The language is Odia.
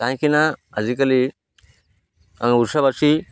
କାହିଁକିନା ଆଜିକାଲି ଆମେ ଓଡ଼ିଶାବାସୀ